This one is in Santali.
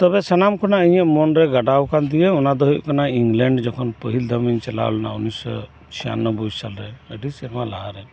ᱛᱚᱵᱮ ᱥᱟᱱᱟᱢ ᱠᱷᱚᱱᱟᱜ ᱤᱧᱟᱹᱜ ᱢᱚᱱᱨᱮ ᱜᱟᱰᱟᱣ ᱟᱠᱟᱱ ᱛᱤᱧᱟᱹ ᱚᱱᱟᱫᱚ ᱡᱚᱠᱷᱚᱱ ᱤᱝᱞᱮᱱᱰ ᱡᱚᱠᱷᱚᱱ ᱯᱟᱹᱦᱤᱞ ᱫᱷᱟᱣ ᱤᱧ ᱪᱟᱞᱟᱣ ᱞᱮᱱᱟ ᱩᱱᱱᱤᱥᱚ ᱪᱷᱤᱭᱟᱱᱚᱵᱵᱚᱭ ᱥᱟᱞᱨᱮ ᱟᱹᱰᱤ ᱥᱮᱨᱢᱟ ᱞᱟᱦᱟᱨᱮ